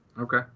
okay